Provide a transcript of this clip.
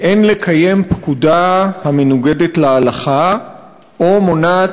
"אין לקיים פקודה המנוגדת להלכה או מונעת